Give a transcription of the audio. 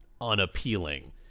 unappealing